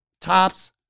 Tops